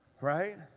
right